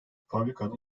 fabrikanın